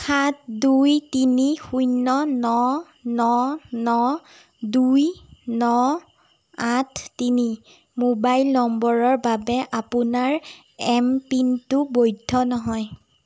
সাত দুই তিনি শূন্য ন ন ন দুই ন আঠ তিনি মোবাইল নম্বৰৰ বাবে আপোনাৰ এমপিন টো বৈধ নহয়